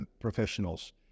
professionals